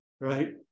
right